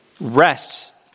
rests